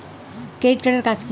Credit card এর কাজ কি?